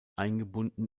eingebunden